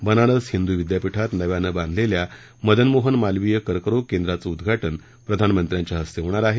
बनारस हिंदू विद्यापीठात नव्यानं बांधलेल्या मदन मोहन मालवीय कर्करोग केंद्राचं उद्घाटन प्रधानमंत्र्यांच्या हस्ते होणार आहे